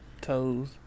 toes